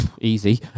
easy